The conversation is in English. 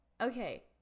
okay